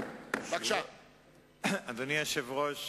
אדוני היושב-ראש,